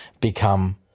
become